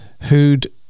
who'd